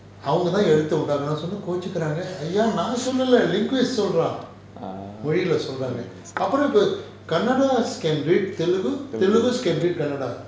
ah